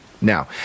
now